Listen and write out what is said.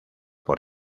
por